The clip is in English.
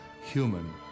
human